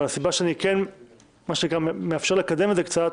אבל הסיבה שאני כן מאפשר לקדם את זה קצת,